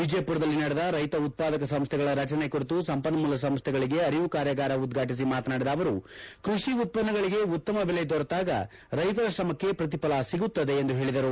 ವಿಜಯಪುರದಲ್ಲಿ ನಡೆದ ರೈತ ಉತ್ವಾದಕ ಸಂಸ್ಥೆಗಳ ರಚನೆ ಕುರಿತು ಸಂಪನ್ಮೂಲ ಸಂಸ್ಥೆಗಳಿಗೆ ಅರಿವು ಕಾರ್ಯಗಾರ ಉದ್ವಾಟಿಸಿ ಮಾತನಾಡಿದ ಅವರು ಕೃಷಿ ಉತ್ವನ್ನಗಳಿಗೆ ಉತ್ತಮ ಬೆಲೆ ದೊರೆತಾಗ ರೈತರ ಶ್ರಮಕ್ಕೆ ಪ್ರತಿಫಲ ಸಿಗುತ್ತದೆ ಎಂದು ಹೇಳಿದರು